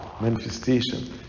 manifestation